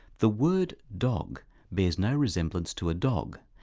the word dog bears no resemblance to a dog,